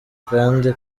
kandi